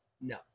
no